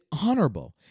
honorable